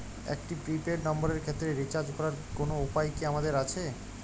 একটি prepaid নম্বরের ক্ষেত্রে রিচার্জ করার কোনো উপায় কি আমাদের আছে?